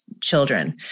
children